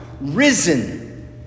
risen